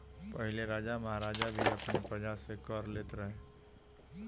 पहिले राजा महाराजा भी अपनी प्रजा से कर लेत रहे